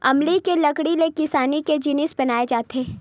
अमली के लकड़ी ले किसानी के जिनिस बनाए जाथे